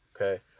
Okay